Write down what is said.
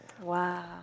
Wow